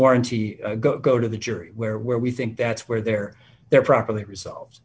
warranty go to the jury where where we think that's where they're they're properly resolved